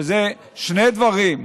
שזה שני דברים: